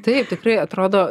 taip tikrai atrodo